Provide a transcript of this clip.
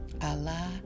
Allah